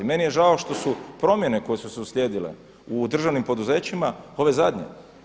Meni je žao što su promjene koje su uslijedile u državnim poduzećima ove zadnje.